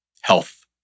health